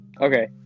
Okay